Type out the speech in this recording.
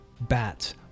Bats